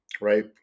right